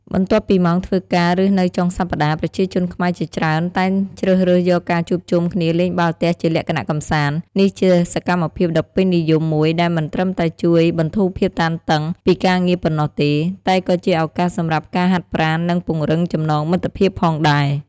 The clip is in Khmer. បន្ទាប់ពីម៉ោងធ្វើការ ឬនៅចុងសប្ដាហ៍ ប្រជាជនខ្មែរជាច្រើនតែងជ្រើសរើសយកការជួបជុំគ្នាលេងបាល់ទះជាលក្ខណៈកម្សាន្ត នេះជាសកម្មភាពដ៏ពេញនិយមមួយដែលមិនត្រឹមតែជួយបន្ធូរភាពតានតឹង ពីការងារប៉ុណ្ណោះទេ តែក៏ជាឱកាសសម្រាប់ការហាត់ប្រាណនិងពង្រឹងចំណងមិត្តភាពផងដែរ។